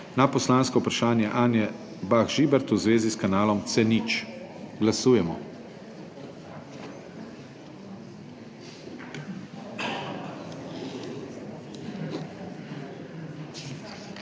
na poslansko vprašanje Anje Bah Žibert v zvezi s kanalom C0. Glasujemo.